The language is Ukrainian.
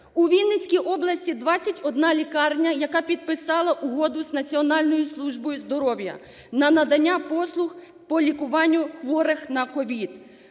У Вінницькій області 21 лікарня, яка підписала угоду з Національною службою здоров'я на надання по лікуванню хворих на COVID.